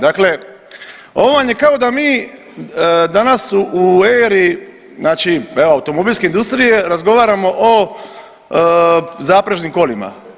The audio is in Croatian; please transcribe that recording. Dakle, ovo vam je kao da mi danas u eri znači evo automobilske industrije razgovaramo o zaprežnim kolima.